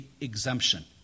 exemption